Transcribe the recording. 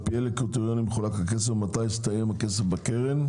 על פי אילו קריטריונים מחולק הכסף בקרן ומתי יסתיים הכסף בקרן.